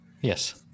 Yes